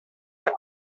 what